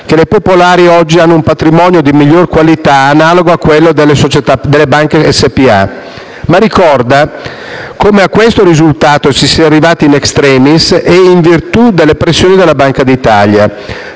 che le popolari oggi hanno un patrimonio di miglior qualità analogo a quello delle banche SpA, ma ricorda come a questo risultato si sia arrivati *in extremis* e in virtù delle pressioni della Banca d'Italia.